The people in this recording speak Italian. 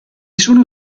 sono